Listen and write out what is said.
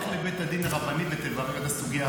לך לבית הדין הרבני ותברר את הסוגיה הזאת שם.